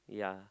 yeah